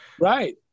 Right